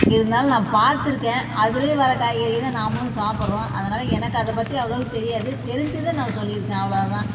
இருந்தாலும் நான் பார்த்துருக்கேன் அதுலேயும் வர காய்கறியை தான் நாமளும் சாப்பிட்றோம் அதனால எனக்கு அதை பற்றி அவ்வளோக்கு தெரியாது தெரிஞ்சதை நான் சொல்லிருக்கேன் அவ்வளோ தான்